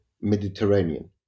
Mediterranean